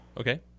Okay